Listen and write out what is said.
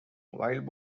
wild